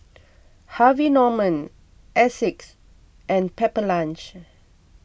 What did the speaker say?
Harvey Norman Asics and Pepper Lunch